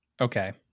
Okay